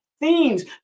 themes